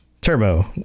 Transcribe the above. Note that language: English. Turbo